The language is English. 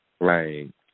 Right